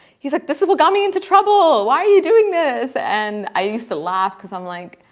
he's like this is what got me into trouble why are you doing this and i used to laugh because i'm like